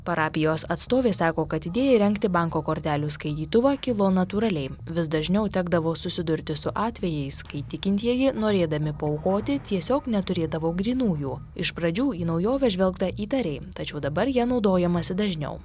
parapijos atstovė sako kad idėja įrengti banko kortelių skaitytuvą kilo natūraliai vis dažniau tekdavo susidurti su atvejais kai tikintieji norėdami paaukoti tiesiog neturėdavo grynųjų iš pradžių į naujoves žvelgta įtariai tačiau dabar ja naudojamasi dažniau